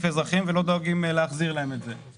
מהאזרחים ולא דואגים להחזיר להם את זה.